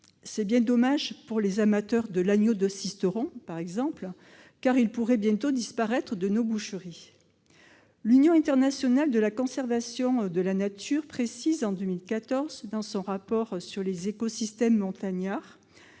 C'est bien dommage pour les amateurs de l'agneau de Sisteron, par exemple, car il pourrait bientôt disparaître de nos boucheries. L'Union internationale pour la conservation de la nature précisait, en 2014, dans son rapport sur les écosystèmes montagnards